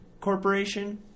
corporation